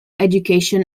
education